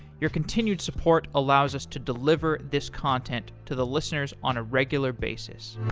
your continued support allows us to deliver this content to the listeners on a regular basis